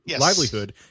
livelihood